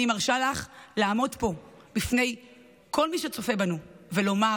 אני מרשה לך לעמוד פה בפני כל מי שצופה בנו ולומר: